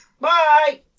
Bye